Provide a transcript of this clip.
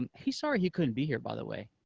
and he's sorry he couldn't be here, by the way.